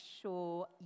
sure